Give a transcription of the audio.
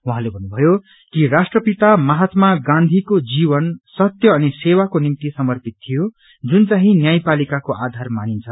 उहाँले भन्नुभयो कि राष्ट्रपति महात्मा गाँधीको जीवन सत्य अनि सेवाको निम्ति समर्पित थ्यो जुन चाहिं न्यायपालिकाको आधार मानिन्छ